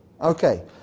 Okay